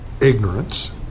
ignorance